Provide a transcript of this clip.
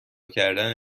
کردن